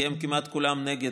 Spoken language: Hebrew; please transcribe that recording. כי כמעט כולם נגד,